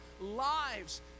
lives